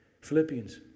Philippians